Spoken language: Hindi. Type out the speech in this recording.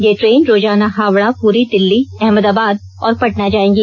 ये ट्रेन रोजाना हावड़ा पुरी दिल्ली अहमदाबाद और पटना जाएगी